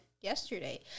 yesterday